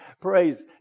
Praise